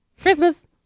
Christmas